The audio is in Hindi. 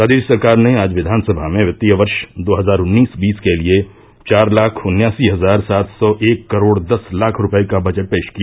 प्रदेष सरकार ने आज विधानसभा में वित्तीय वर्श दो हज़ार उन्नीस बीस के लिये चार लाख उन्यासी हज़ार सात सौ एक करोड़ दस लाख रूपये का बजट पेष किया